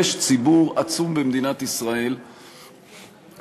יש ציבור עצום במדינת ישראל שזקוק,